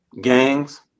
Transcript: gangs